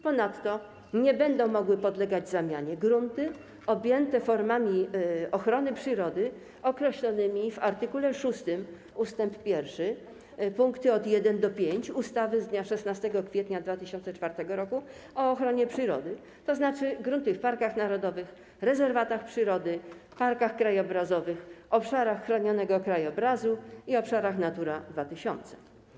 Ponadto nie będą mogły podlegać zamianie grunty objęte formami ochrony przyrody określonymi w art. 6 ust. 1 pkt 1–5 ustawy z dnia 16 kwietnia 2004 r. o ochronie przyrody, czyli grunty w parkach narodowych, rezerwatach przyrody, parkach krajobrazowych, obszarach chronionego krajobrazu i obszarach Natura 2000.